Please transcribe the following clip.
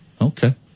Okay